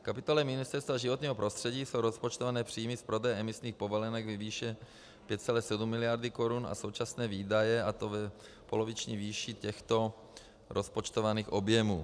V kapitole Ministerstva životního prostředí jsou rozpočtované příjmy z prodeje emisních povolenek ve výši 5,7 miliardy korun a současné výdaje, a to v poloviční výši těchto rozpočtovaných objemů.